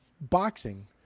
boxing